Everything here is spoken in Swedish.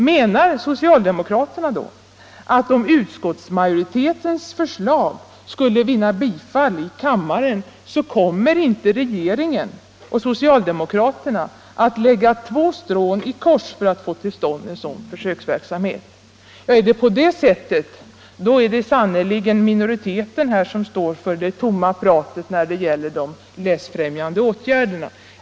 Menar socialdemokraterna då att om utskottsmajoritetens förslag skulle vinna bifall i kammaren, kommer inte regeringen och socialdemokraterna att lägga två strån i kors för att få till stånd en sådan försöksverksamhet? Är det på det sättet, då är det sannerligen minoriteten som står för det tomma pratet när det gäller de läsfrämjande åtgärderna.